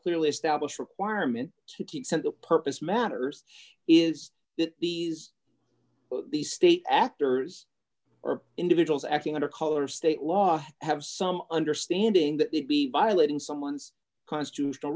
clearly established requirement to keep simple purpose matters is that these these state actors or individuals acting under color of state law have some understanding that they'd be violating someone's constitutional